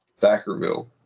Thackerville